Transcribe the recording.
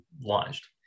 launched